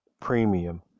Premium